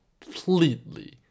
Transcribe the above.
completely